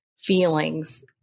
feelings